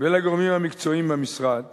ולגורמים המקצועיים במשרד